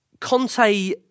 Conte